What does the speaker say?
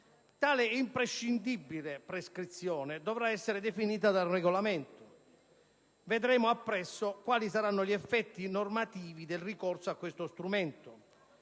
Tale imprescindibile prescrizione dovrà essere definita da un regolamento. Vedremo appresso quali saranno gli effetti normativi del ricorso a questo strumento.